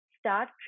start